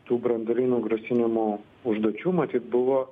tų branduolinių grasinimų užduočių matyt buvo